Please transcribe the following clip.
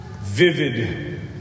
vivid